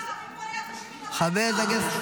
--- שב בשקט.